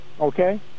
Okay